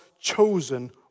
chosen